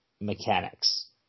mechanics